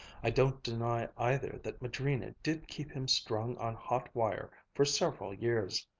i don't deny either that madrina did keep him strung on hot wire for several years.